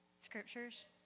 scriptures